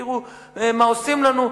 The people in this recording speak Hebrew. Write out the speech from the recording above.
ותראו מה עושים לנו.